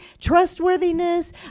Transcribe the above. trustworthiness